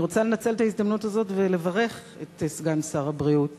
אני רוצה לנצל את ההזדמנות הזאת ולברך את סגן שר הבריאות,